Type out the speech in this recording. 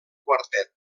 quartet